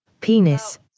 Penis